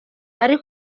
ari